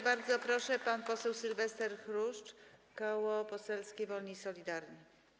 Bardzo proszę, pan poseł Sylwester Chruszcz, Koło Poselskie Wolni i Solidarni.